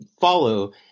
follow